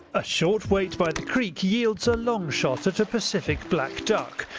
a short wait by the creek yields a long shot at a pacific black duck,